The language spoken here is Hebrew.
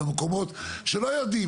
במקומות שלא יודעים,